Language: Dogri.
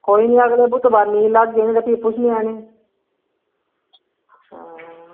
एह् कोई निं आंदे मत भी पुच्छनै आं